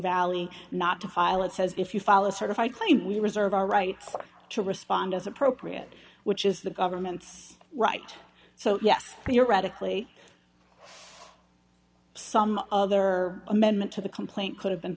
valley not to file it says if you follow certified claim we reserve our right to respond as appropriate which is the government's right so yes theoretically some other amendment to the complaint could have been